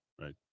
right